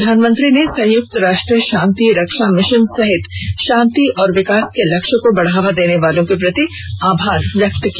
प्रधानमंत्री ने संयुक्त राष्ट्र शांति रक्षा मिशन सहित शांति और विकास के लक्ष्य को बढ़ावा देने वालों के प्रति आभार व्यक्त किया